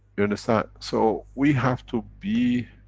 you understand? so, we have to be.